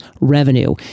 revenue